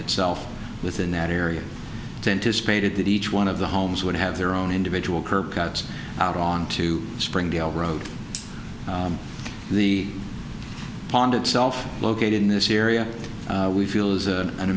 itself within that area to anticipated that each one of the homes would have their own individual curb cuts out onto springdale road the pond itself located in this area we feel is